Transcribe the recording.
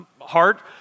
heart